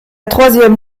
troisième